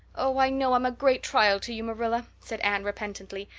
oh, i know i'm a great trial to you, marilla, said anne repentantly.